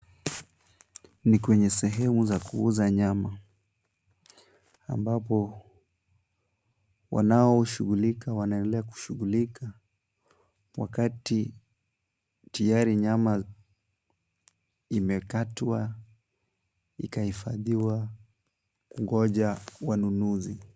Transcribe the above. Ni kwenye sehemu za kuuza nyama, ambapo wanaoshughulika wanaendelea kushughulika wakati tayari nyama imekatwa ikahifadhiwa kungoja wanunuzi.